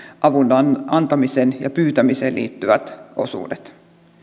avun avun antamiseen ja pyytämiseen liittyvät osuudet